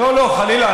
לא, לא, חלילה.